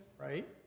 right